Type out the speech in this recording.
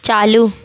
چالو